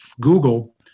Google